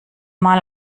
mal